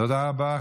תודה רבה.